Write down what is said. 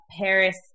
Paris